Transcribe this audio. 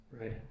Right